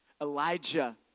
Elijah